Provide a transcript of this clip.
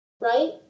right